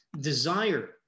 desire